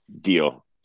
Deal